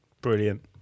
brilliant